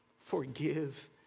forgive